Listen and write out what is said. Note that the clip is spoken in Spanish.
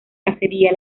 cacería